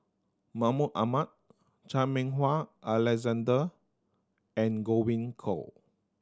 Mahmud Ahmad Chan Meng Wah Alexander and Godwin Koay